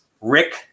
Rick